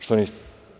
Što niste?